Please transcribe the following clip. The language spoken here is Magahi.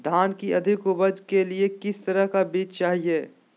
धान की अधिक उपज के लिए किस तरह बीज चाहिए?